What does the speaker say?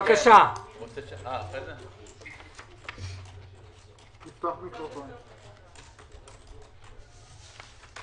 שחובת התיישנות ארוכה שמוצעת בתביעות של מבוטחים.